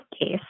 case